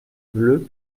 bleue